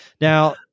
Now